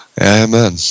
Amen